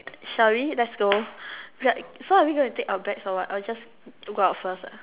shall we let's go we are so are we going to take our bags or what or we just go out first ah